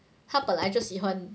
他本来就喜欢